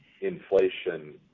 inflation